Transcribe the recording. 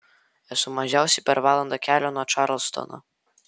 esu mažiausiai per valandą kelio nuo čarlstono